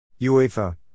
UEFA